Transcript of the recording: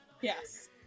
yes